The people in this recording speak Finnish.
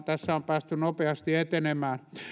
tässä on päästy nopeasti etenemään